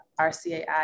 RCAI